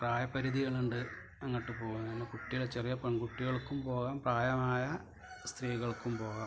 പ്രായ പരിധികളുണ്ട് അങ്ങോട്ട് പോകാന് കുട്ടികള് ചെറിയ പെൺകുട്ടികൾക്കും പോകാം പ്രായമായ സ്ത്രീകൾക്കും പോകാം